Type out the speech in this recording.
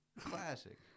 Classic